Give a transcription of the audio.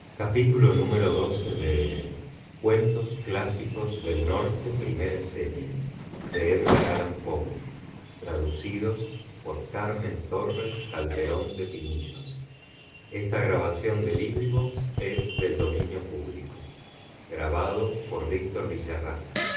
title cuentos clásicos del norte primera serie author edgar allan poe translator carmen torres calderón de pinillos